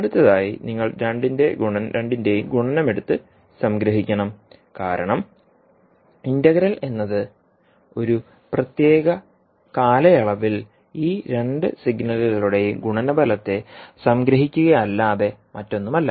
അടുത്തതായി നിങ്ങൾ രണ്ടിന്റെയും ഗുണനം എടുത്ത് സംഗ്രഹിക്കണം കാരണം ഇന്റഗ്രൽ എന്നത് ഒരു പ്രത്യേക കാലയളവിൽ ഈ രണ്ട് സിഗ്നലുകളുടെയും ഗുണനഫലത്തെ സംഗ്രഹിക്കുകയല്ലാതെ മറ്റൊന്നുമല്ല